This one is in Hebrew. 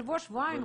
שבוע-שבועיים,